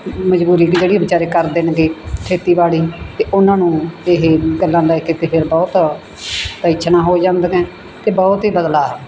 ਮਜ਼ਦੂਰੀ ਵੀ ਜਿਹੜੀ ਵਿਚਾਰੇ ਕਰਦੇ ਨੇਗੇ ਖੇਤੀਬਾੜੀ ਅਤੇ ਉਹਨਾਂ ਨੂੰ ਇਹ ਗੱਲਾਂ ਲੈ ਕੇ ਅਤੇ ਫੇਰ ਬਹੁਤ ਟੈਸ਼ਨਾਂ ਹੋ ਜਾਂਦੀਆਂ ਅਤੇ ਬਹੁਤ ਹੀ ਬਦਲਾਅ